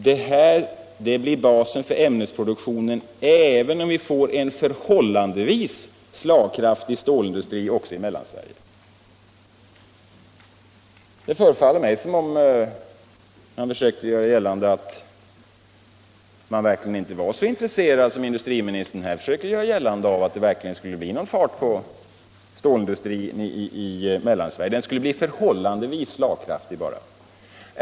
Det här blir basen för ämnesproduktion, även om vi får en förhållandevis slagkraftig stålindustri också i Mellansverige.” Det förefaller mig som om Palme försöker göra gällande att man inte är så intresserad av, som industriministern här påstår, att det verkligen blir någon fart på stålindustrin i Mellansverige — den skulle bara bli ”förhållandevis slagkraftig”.